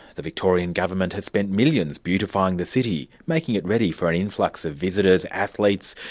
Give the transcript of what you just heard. the victorian government has spent millions beautifying the city, making it ready for an influx of visitors, athletes,